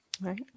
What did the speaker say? right